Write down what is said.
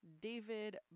David